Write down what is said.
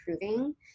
improving